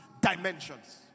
dimensions